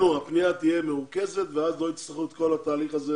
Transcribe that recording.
הפנייה תהיה מרוכזת ואז לא יצטרכו את כל התהליך הזה